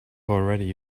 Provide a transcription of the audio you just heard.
already